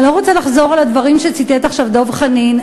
אני לא רוצה לחזור על הדברים שציטט עכשיו דב חנין,